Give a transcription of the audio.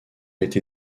été